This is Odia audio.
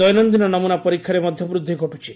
ଦୈନନ୍ଦିନ ନମ୍ରନା ପରୀକ୍ଷାରେ ମଧ୍ୟ ବୃଦ୍ଧି ଘଟୁଛି